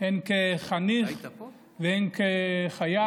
הן כחניך והן כחייל,